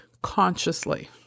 Consciously